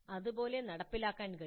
അത് പോലെ നടപ്പിലാക്കാൻ കഴിയും